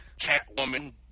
Catwoman